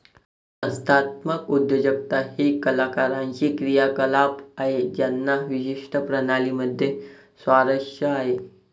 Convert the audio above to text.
संस्थात्मक उद्योजकता ही कलाकारांची क्रियाकलाप आहे ज्यांना विशिष्ट प्रणाली मध्ये स्वारस्य आहे